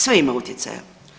Sve ima utjecaja.